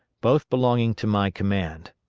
both belonging to my command.